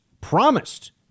promised